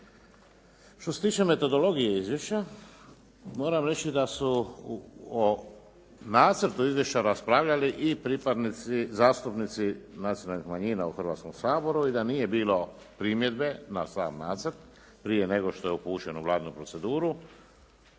Što se tiče metodologije izvješća, moram reći da su o nacrtu izvješća raspravljali i pripadnici zastupnici nacionalnih manjina u Hrvatskom saboru i da nije bilo primjedbe na sam nacrt prije nego što je upućen u Vladinu proceduru,